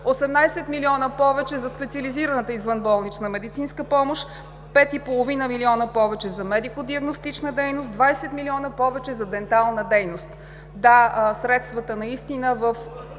18 милиона повече за специализираната извънболнична медицинска помощ, 5,5 милиона повече за медико-диагностична дейност, 20 милиона повече за дентална дейност. Да, средствата в